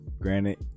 granted